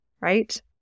right